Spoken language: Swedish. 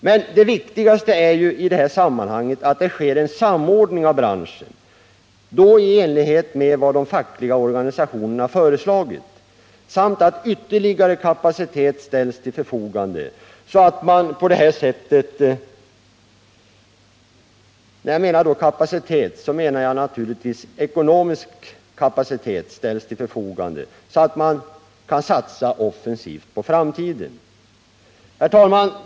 Men det viktigaste i detta sammanhang är att det sker en samordning av branschen, i enlighet med vad de fackliga organisationerna föreslagit, samt att ytterligare kapacitet — jag menar naturligtvis ekonomisk kapacitet — ställs till förfogande, så att man kan satsa offensivt på framtiden. Herr talman!